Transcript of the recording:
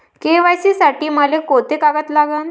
KYC साठी मले कोंते कागद लागन?